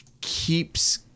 keeps